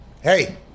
Hey